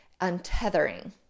untethering